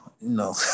no